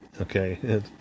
Okay